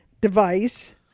device